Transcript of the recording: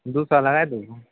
दुइ सओ लगै देबहो